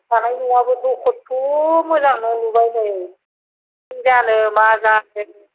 थानाय न'आबोथ खथ' मोजां न' लुबाय नै सिं जानो मा जानो